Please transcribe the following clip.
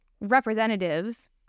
representatives